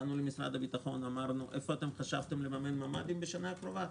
באנו למשרד הביטחון ואמרנו: איפה חשבתם לממן ממ"דים בשנה הקרובה?